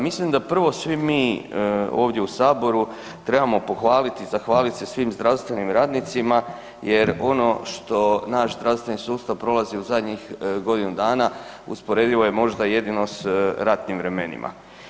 Mislim da prvo svi mi ovdje u saboru trebamo pohvalit i zahvalit se svim zdravstvenim radnicima jer ono što naš zdravstveni sustav prolazi u zadnjih godinu dana usporedivo je možda jedino s ratnim vremenima.